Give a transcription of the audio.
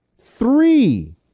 Three